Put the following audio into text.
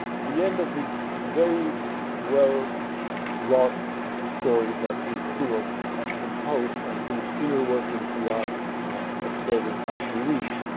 the end of this very well wrought story that the steward has composed, and whose inner workings we are observing as we read.